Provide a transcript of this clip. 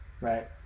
right